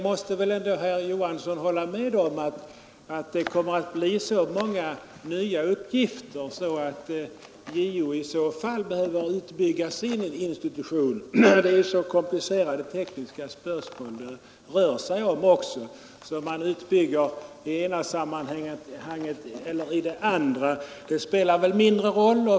Men herr Johansson måste väl ändå hålla med om att det kommer att bli så många nya uppgifter och så många komplicerade tekniska spörsmål att JO i annat fall måste bygga ut sin institution. Om man bygger ut i det ena eller det andra sammanhanget spelar mindre roll.